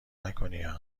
نکنیا